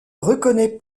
reconnait